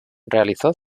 realizó